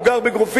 הוא גר בגרופית,